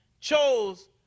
chose